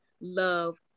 love